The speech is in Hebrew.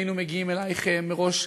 היינו מגיעים אלייך מראש,